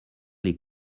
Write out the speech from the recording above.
les